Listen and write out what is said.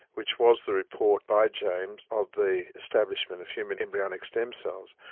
which was the report by james of the establishment of human embryonic stem cells.